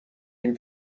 این